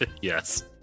yes